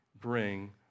bring